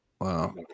wow